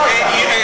להעליב,